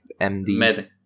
MD